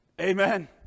Amen